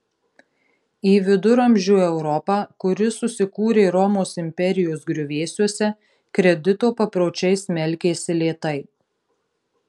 į viduramžių europą kuri susikūrė romos imperijos griuvėsiuose kredito papročiai smelkėsi lėtai